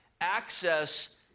access